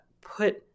put